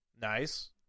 Nice